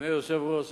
אדוני היושב-ראש,